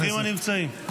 ברוכים הנמצאים.